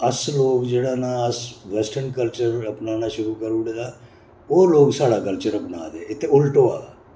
अस लोग जेह्ड़ा ना अस वैस्टर्न कल्चर अपनाना शुरू करूड़ेदा ओह् लोग स्हाड़ा कल्चर अपनाऽ दे इत्थै उलट होआ दा